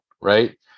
right